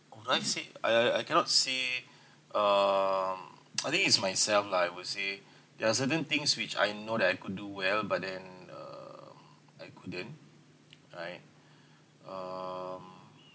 I say I I I cannot say um I think it's myself lah I would say there are certain things which I know that I could do well but then um I couldn't right um